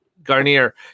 Garnier